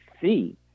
see